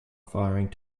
firing